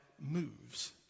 moves